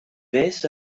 beth